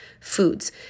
foods